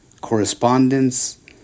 correspondence